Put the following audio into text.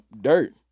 Dirt